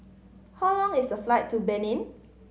how long is the flight to Benin